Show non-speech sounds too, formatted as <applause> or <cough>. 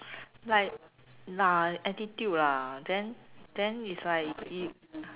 like <noise> attitude lah then then is like you